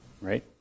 right